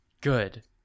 good